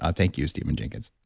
ah thank you, steven jenkins.